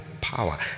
power